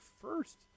first